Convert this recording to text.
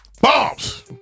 Bombs